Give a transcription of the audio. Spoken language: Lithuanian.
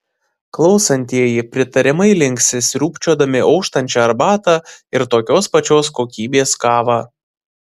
klausantieji pritariamai linksi sriūbčiodami auštančią arbatą ir tokios pačios kokybės kavą